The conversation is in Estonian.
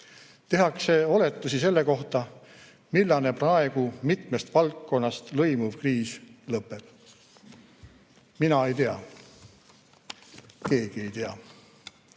Tehakse oletusi selle kohta, millal praegune mitmest valdkonnast lõimuv kriis lõppeb. Mina ei tea. Keegi ei tea.